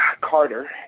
Carter